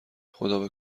خدابه